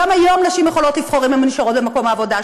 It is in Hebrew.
גם היום נשים יכולות לבחור אם הן נשארות במקום העבודה שלהן,